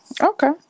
Okay